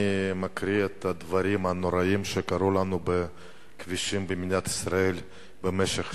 אני מקריא את הדברים הנוראים שקרו לנו בכבישים במדינת ישראל במשך השבוע: